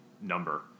number